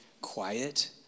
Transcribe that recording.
quiet